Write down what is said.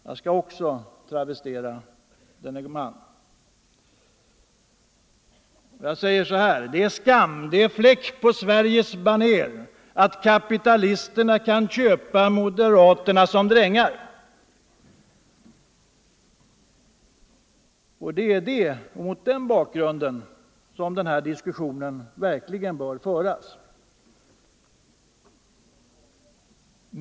Jag skall också travestera denne man: Det är skam, det är fläck på Sveriges baner, att kapitalisterna kan köpa moderaterna som drängar. Det är mot den bakgrunden som den här diskussionen verkligen bör föras.